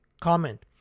Comment